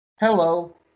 Hello